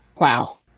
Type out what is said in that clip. Wow